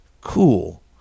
cool